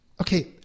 okay